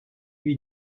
lui